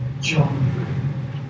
John